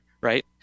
right